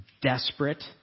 desperate